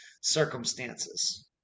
circumstances